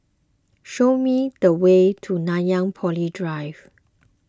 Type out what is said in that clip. show me the way to Nanyang Poly Drive